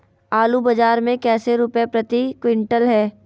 आलू बाजार मे कैसे रुपए प्रति क्विंटल है?